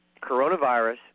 coronavirus